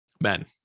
men